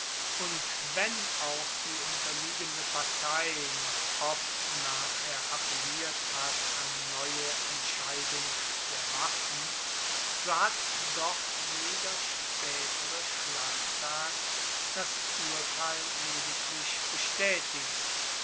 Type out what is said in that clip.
und wenn auch die unterliegende partei noch oft nachher appelliert hat an neue entscheidung der waffen so hat doch jeder spaetere schlachttag das urteil lediglich bestaetigt